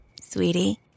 Sweetie